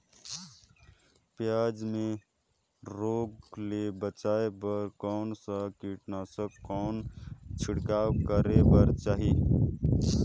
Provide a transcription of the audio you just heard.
पियाज मे रोग ले बचाय बार कौन सा कीटनाशक कौन छिड़काव करे बर चाही?